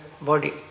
body